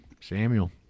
Samuel